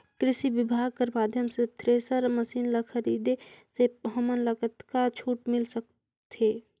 कृषि विभाग कर माध्यम से थरेसर मशीन ला खरीदे से हमन ला कतका छूट मिल सकत हे?